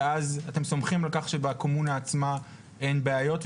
ואתם סומכים שבקומונה עצמה אין בעיות.